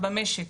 במשק.